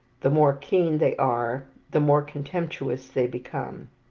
the more keen they are, the more contemptuous they become.